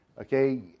okay